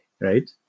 right